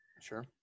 Sure